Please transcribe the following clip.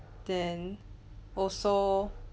then also